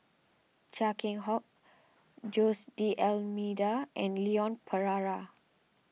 Chia Keng Hock Jose D'Almeida and Leon Perera